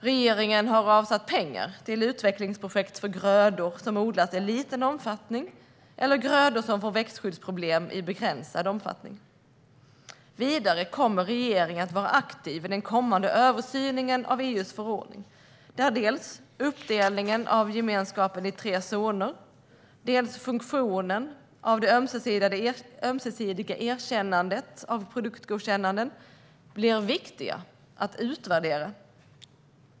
Regeringen har avsatt pengar till utvecklingsprojekt för grödor som odlas i liten omfattning eller grödor som får växtskyddsproblem i begränsad omfattning. Vidare kommer regeringen att vara aktiv i den kommande översynen av EU:s förordning där dels uppdelningen av gemenskapen i tre zoner, dels funktionen av det ömsesidiga erkännandet av produktgodkännanden blir viktiga att utvärdera.